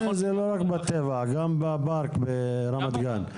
זה לא רק בטבע, אלא גם בפארק ברמת גן.